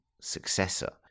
successor